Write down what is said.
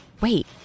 wait